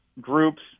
groups